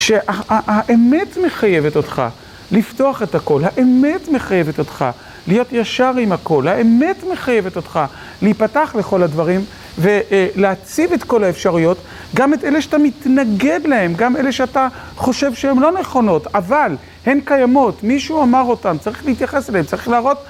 שהאמת מחייבת אותך לפתוח את הכל, האמת מחייבת אותך להיות ישר עם הכל, האמת מחייבת אותך להיפתח לכל הדברים ולהציב את כל האפשרויות, גם את אלה שאתה מתנגד להם, גם אלה שאתה חושב שהם לא נכונות, אבל הן קיימות, מישהו אמר אותן, צריך להתייחס אליהן, צריך להראות.